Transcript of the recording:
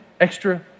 extra